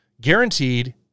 guaranteed